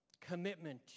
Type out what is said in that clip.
commitment